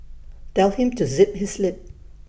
tell him to zip his lip